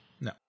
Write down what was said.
No